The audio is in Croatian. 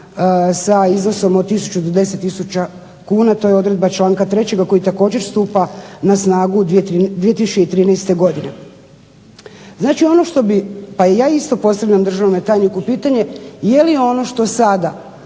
sa iznosom od tisuću do 10 tisuća kuna, to je odredba članka 3. koji također stupa na snagu 2013. godine. Znači ono što bi, pa i ja isto postavljam državnome tajniku pitanje je li ono što sada